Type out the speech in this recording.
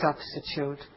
substitute